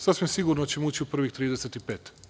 Sasvim sigurno ćemo ući u prvih 35.